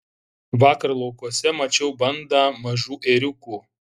vakar laukuose mačiau bandą mažų ėriukų